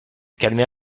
calmer